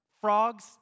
Frogs